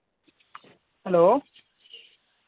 hello